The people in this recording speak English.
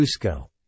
Cusco